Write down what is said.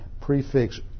prefix